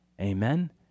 Amen